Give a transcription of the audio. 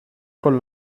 con